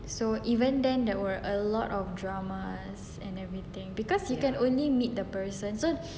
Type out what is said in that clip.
so even then there were a lot of dramas and everything because you can only meet the person so